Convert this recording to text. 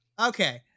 Okay